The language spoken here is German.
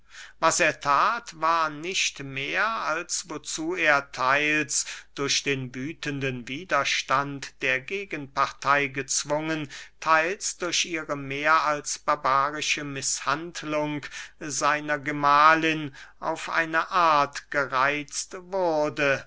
was er that war nicht mehr als wozu er theils durch den wüthenden widerstand der gegenpartey gezwungen theils durch ihre mehr als barbarische mißhandlung seiner gemahlin auf eine art gereitzt wurde